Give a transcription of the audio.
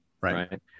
right